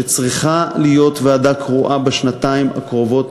שצריכה להיות ועדה קרואה בשנתיים הקרובות